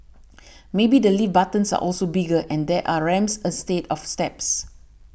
maybe the lift buttons are also bigger and there are ramps instead of steps